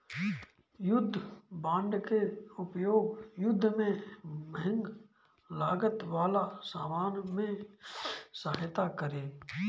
युद्ध बांड के उपयोग युद्ध में महंग लागत वाला सामान में सहायता करे